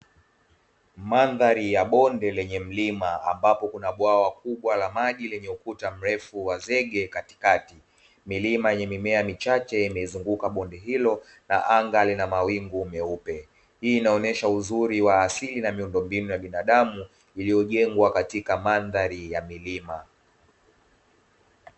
Mandhari ya bonde lenye mlima, ambapo kuna bwawa kubwa la maji lenye ukuta mrefu wa zege katikati, milima yenye mimea michache imezunguka bonde hilo na anga lina mawingu meupe. Hii inaonyesha uzuri wa asili na miundombinu ya binadamu iliyojengwa katika mandhari ya milima.